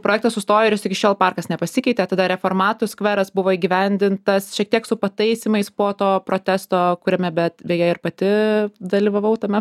projektas sustojo ir jis iki šiol parkas nepasikeitė tada reformatų skveras buvo įgyvendintas šiek tiek su pataisymais po to protesto kuriame bet beje ir pati dalyvavau tame